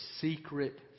secret